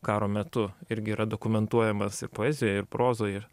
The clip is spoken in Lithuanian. karo metu irgi yra dokumentuojamas ir poezijoj ir prozoj